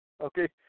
okay